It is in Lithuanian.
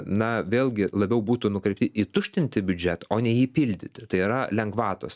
na vėlgi labiau būtų nukreipti į tuštinti biudžetą o ne jį pildyti tai yra lengvatos